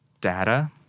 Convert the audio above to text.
data